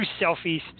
selfies